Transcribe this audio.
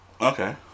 okay